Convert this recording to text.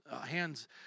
hands